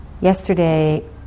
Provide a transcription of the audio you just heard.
Yesterday